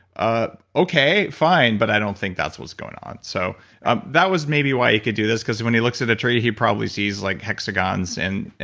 ah okay, fine, but i don't think that's what's going on. so um that was maybe why he could do this because when he looks at a tree, he probably sees like hexagons and